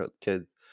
kids